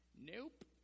nope